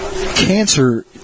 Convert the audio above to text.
Cancer